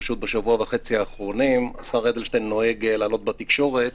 פשוט בשבוע וחצי האחרונים השר נוהג להעלות בתקשורת